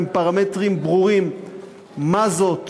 עם פרמטרים ברורים מה זאת